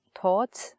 thoughts